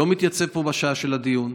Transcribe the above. לא מתייצב פה בשעה של הדיון,